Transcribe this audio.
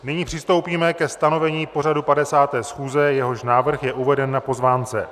Nyní přistoupíme ke stanovení pořadu 50. schůze, jehož návrh je uveden na pozvánce.